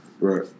Right